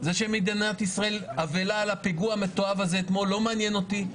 זה שמדינת ישראל אבלה על הפיגוע המתועב הזה אתמול לא מעניין אותי,